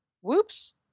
Whoops